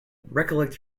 recollect